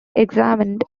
examined